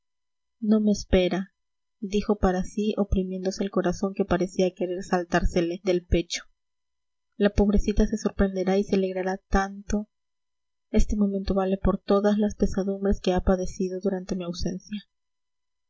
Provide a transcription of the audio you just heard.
no me espera dijo para sí oprimiéndose el corazón que parecía querer saltársele del pecho la pobrecita se sorprenderá y se alegrará tanto este momento vale por todas las pesadumbres que ha padecido durante mi ausencia